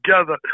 together